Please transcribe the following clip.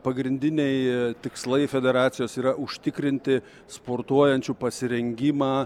pagrindiniai tikslai federacijos yra užtikrinti sportuojančių pasirengimą